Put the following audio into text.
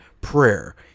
prayer